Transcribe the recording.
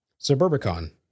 Suburbicon